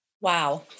wow